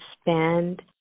spend